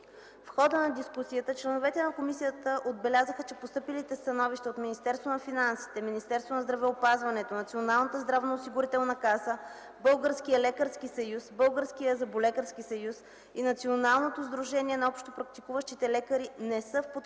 В хода на дискусията членовете на комисията отбелязаха, че постъпилите становища от Министерството на финансите, Министерството на здравеопазването, Националната здравноосигурителна каса, Българския лекарски съюз, Българския зъболекарски съюз и Националното сдружение на общопрактикуващите лекари не са в подкрепа